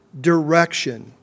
direction